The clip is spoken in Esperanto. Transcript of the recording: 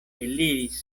eliris